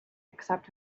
except